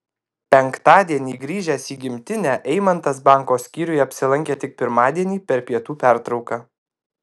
penktadienį grįžęs į gimtinę eimantas banko skyriuje apsilankė tik pirmadienį per pietų pertrauką